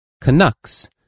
Canucks